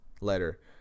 letter